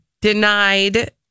denied